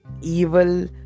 evil